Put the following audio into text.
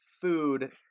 food